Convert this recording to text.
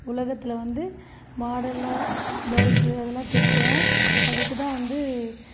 உலகத்தில் வந்து மாடலாக ப்ளௌஸு அதெல்லாம் தைக்கதான் அதுக்கு தான் வந்து